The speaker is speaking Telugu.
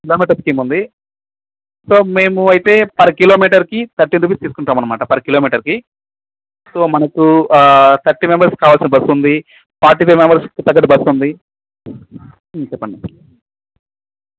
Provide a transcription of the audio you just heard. స్కీమ్ ఉంది సో మేము అయితే పర్ కిలో మీటర్కి థర్టీ రూపీస్ తీసుకుంటామండి పర్ కిలో మీటర్కి సో మనకు థర్టీ మెంబర్స్కి కావాల్సిన బస్ ఉంది ఫార్టీ ఫైవ్ మెంబర్స్కి తగ్గట్టు బస్ ఉంది చెప్పండి